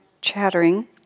chattering